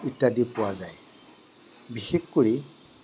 ইত্যাদি পোৱা যায় বিশেষকৈ